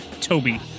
Toby